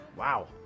Wow